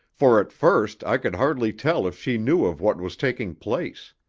for at first i could hardly tell if she knew of what was taking place.